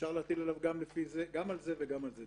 אפשר להטיל עליו גם על זה וגם על זה.